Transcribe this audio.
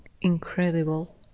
incredible